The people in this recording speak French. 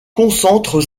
concentre